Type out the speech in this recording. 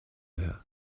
her